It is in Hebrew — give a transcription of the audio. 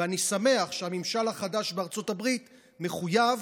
ואני שמח שהממשל החדש בארצות הברית מחויב,